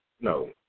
No